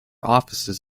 offices